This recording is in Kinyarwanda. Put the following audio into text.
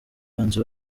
abanzi